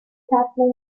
sapling